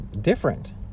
different